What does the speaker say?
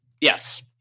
Yes